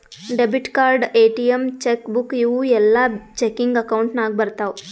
debit card, ATM, cheque book ಇವೂ ಎಲ್ಲಾ checking account ನಾಗ್ ಬರ್ತಾವ್